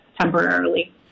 temporarily